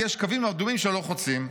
כי יש קווים אדומים שלא חוצים.